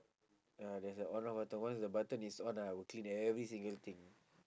uh there's a on off button once the button is on ah I will clean every single thing